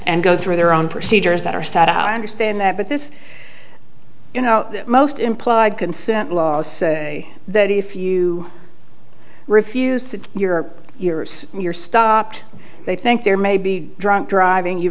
and go through their own procedures that are sad i understand that but this you know most implied consent laws say that if you refuse to you're yours you're stopped they think there may be drunk driving you